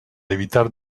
evitar